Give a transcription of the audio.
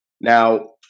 Now